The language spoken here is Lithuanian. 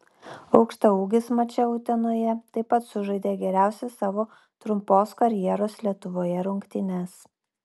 aukštaūgis mače utenoje taip pat sužaidė geriausias savo trumpos karjeros lietuvoje rungtynes